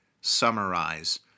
summarize